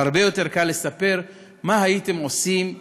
והרבה יותר קל לספר מה הייתם עושים אילו,